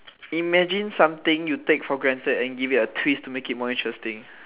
imagine something you take for granted and give it a twist to make it more interesting